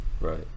Right